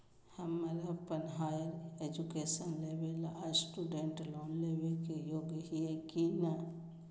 हम अप्पन higher education लेबे ला स्टूडेंट लोन लेबे के योग्य हियै की नय?